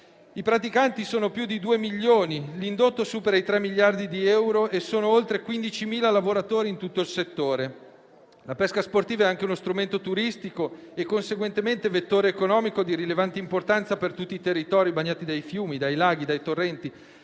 I praticanti sono più di due milioni, l'indotto supera i tre miliardi di euro e sono oltre 15.000 i lavoratori in tutto il settore. La pesca sportiva è anche uno strumento turistico e conseguentemente vettore economico di rilevante importanza per tutti i territori bagnati dai fiumi, dai laghi, dai torrenti